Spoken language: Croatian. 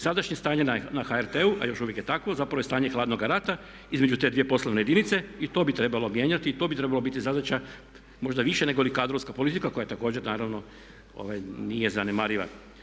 Sadašnje stanje na HRT-u a još uvijek je tako, zapravo je stanje hladnoga rata između te dvije poslovne jedinice i to bi trebalo mijenjati i to bi trebala biti zadaća možda i više nego li kadrovska politika koja također naravno nije zanemariva.